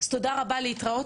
אז תודה רבה ולהתראות,